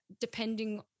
depending